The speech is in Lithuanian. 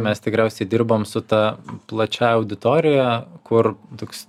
mes tikriausiai dirbam su ta plačiąja auditorija kur toks